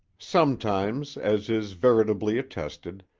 sometimes, as is veritably attested,